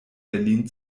berlin